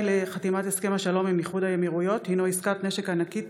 לחתימת הסכם השלום עם איחוד האמירויות הינו עסקת נשק ענקית